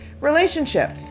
Relationships